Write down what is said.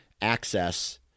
access